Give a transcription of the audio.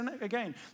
again